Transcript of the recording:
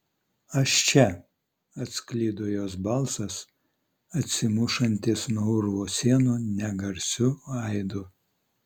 aš čia atsklido jos balsas atsimušantis nuo urvo sienų negarsiu aidu